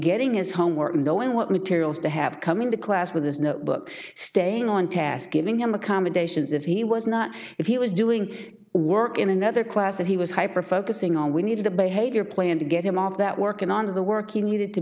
getting his homework knowing what materials to have come in the class with his notebook staying on task giving him accommodations if he was not if he was doing work in another class that he was hyper focusing on we needed a behavior plan to get him off that work in and of the work you needed to